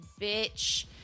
bitch